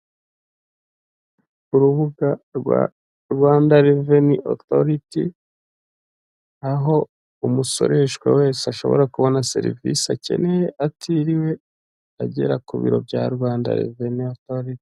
Urubuga rwa Rwanda Reveni Otoriti, aho umusoreshwa wese ashobora kubona serivisi akeneye atiriwe agera ku biro bya Rwanda Reneni Otoriti.